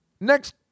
next